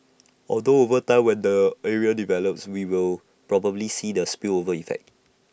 although over time when the area develops we will probably see the spillover effect